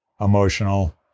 emotional